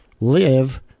live